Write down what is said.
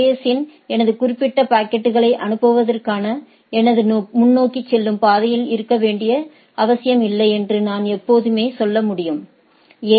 S இன் எனது குறிப்பிட்ட பாக்கெட்டுகளை அனுப்புவதற்கு எனது முன்னோக்கி செல்லும் பாதையில் இருக்க வேண்டிய அவசியமில்லை என்று நான் எப்போதுமே சொல்ல முடியும் ஏ